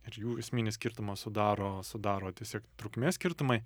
ir jų esminį skirtumą sudaro sudaro tiesiog trukmės skirtumai